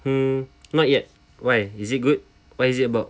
mm not yet why is it good what is it about